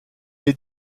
est